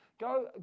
go